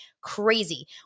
crazy